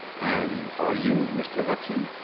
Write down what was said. and are you, mr. hudson?